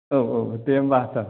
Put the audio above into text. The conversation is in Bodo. औ औ दे ओमबा सार